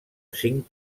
cinc